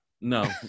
No